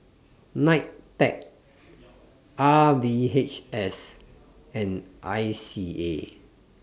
N I T E C R V H S and I C A